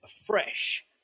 afresh